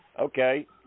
Okay